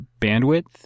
bandwidth